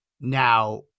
now